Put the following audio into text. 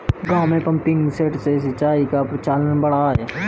गाँवों में pumping set से सिंचाई का प्रचलन बढ़ा है